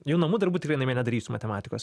jau namų darbų tikrai namie nedarysiu matematikos